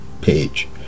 page